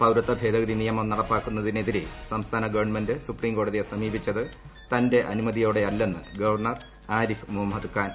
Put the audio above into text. പൌരത്വ ഭേദഗതി നിയമം നടപ്പാക്കുന്നതിനെതിരെ കേരള ഗവൺമെന്റ് സുപ്രീംകോടതിയെ സമീപിച്ചത് തന്റെ അനുമതിയോടെയല്ലെന്ന് ഗവർണർ ആരിഫ് മുഹമ്മദ് ഖാൻ